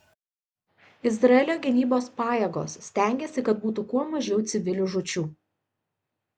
izraelio gynybos pajėgos stengiasi kad būtų kuo mažiau civilių žūčių